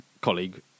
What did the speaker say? colleague